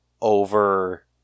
over